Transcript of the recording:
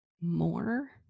more